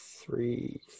three